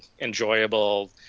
enjoyable